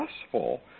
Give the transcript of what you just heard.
successful